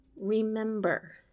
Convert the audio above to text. Remember